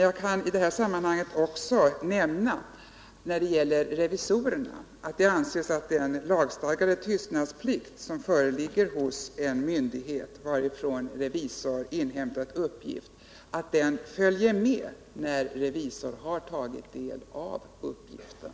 Jag kan i det sammanhanget nämna att det när det gäller revisorerna anses naturligt att revisorerna iakttar samma tystnadsplikt som gäller för den utlämnande myndigheten.